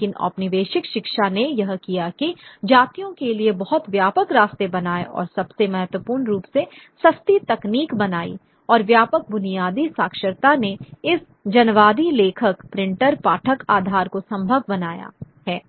लेकिन औपनिवेशिक शिक्षा ने यह किया कि जातियों के लिए बहुत व्यापक रास्ते बनाए और सबसे महत्वपूर्ण रूप से सस्ती तकनीक बनाई और व्यापक बुनियादी साक्षरता ने इस जनवादी लेखक प्रिंटर पाठक आधार को संभव बनाया है